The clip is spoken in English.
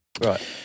Right